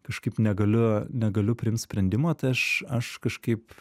kažkaip negaliu negaliu priimt sprendimo tai aš aš kažkaip